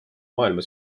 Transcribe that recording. maailma